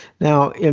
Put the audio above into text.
Now